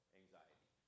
anxiety